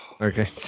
Okay